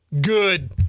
Good